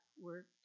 work